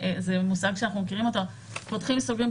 פותחים סוגרים,